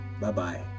bye-bye